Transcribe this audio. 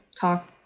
talk